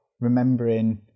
remembering